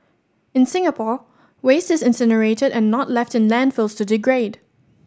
in Singapore waste is incinerated and not left in landfills to degrade